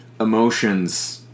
emotions